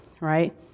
right